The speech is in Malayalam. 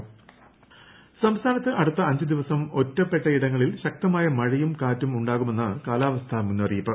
മഴ സംസ്ഥാനത്ത് അടുത്ത അഞ്ച് ദിവസം ഒറ്റപ്പെട്ടയിടങ്ങളിൽ ശക്തമായ മഴയും കാറ്റും ഉണ്ടാകുമെന്ന് കാലാവസ്ഥാ മുന്നറിയിപ്പ്